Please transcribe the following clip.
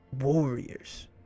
warriors